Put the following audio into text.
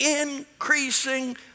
increasing